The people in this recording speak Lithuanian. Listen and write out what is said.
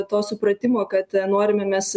to supratimo kad norime mes